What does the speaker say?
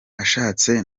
ashatse